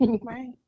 Right